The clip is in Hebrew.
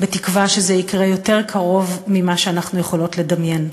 בתקווה שזה יקרה יותר קרוב ממה שאנחנו יכולות לדמיין.